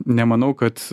nemanau kad